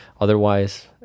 Otherwise